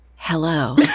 Hello